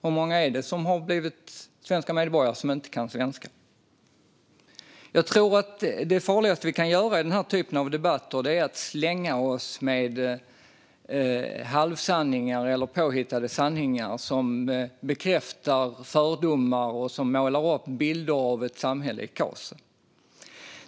Hur många som blivit svenska medborgare är det som inte kan svenska? Jag tror att det farligaste vi kan göra i den här typen av debatt är att slänga oss med halvsanningar eller påhittade sanningar som bekräftar fördomar och målar upp bilden av ett samhälle i kaos.